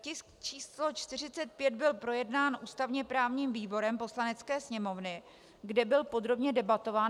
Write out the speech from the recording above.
Tisk č. 45 byl projednán ústavněprávním výborem Poslanecké sněmovny, kde byl podrobně debatován.